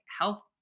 health